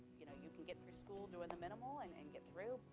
you know you can get through school doing the minimal and and get through,